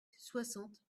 soixante